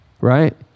right